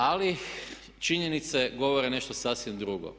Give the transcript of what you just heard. Ali činjenice govore nešto sasvim drugo.